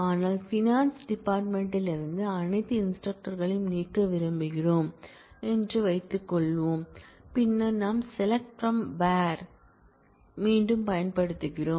ஆனால் finance department யிலிருந்து அனைத்து இன்ஸ்டிரக்டர்களையும்நீக்க விரும்புகிறோம் என்று வைத்துக்கொள்வோம் பின்னர் நாம் SELECT FROM WHEREசெலக்ட் பிரம் வேர் மீண்டும் பயன்படுத்துகிறோம்